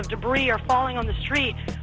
of debris are falling on the street